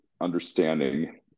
understanding